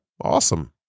Awesome